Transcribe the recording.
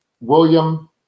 William